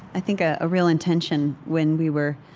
i think a ah real intention when we were